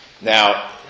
Now